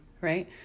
Right